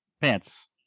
Pants